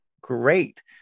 great